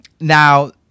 Now